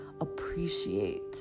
appreciate